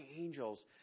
angels